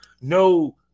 no